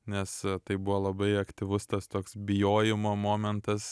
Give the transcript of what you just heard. nes tai buvo labai aktyvus tas toks bijojimo momentas